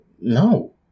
No